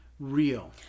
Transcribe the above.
Real